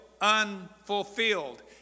unfulfilled